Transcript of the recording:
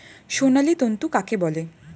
সোনালী তন্তু কাকে বলে?